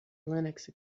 linux